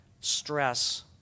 stress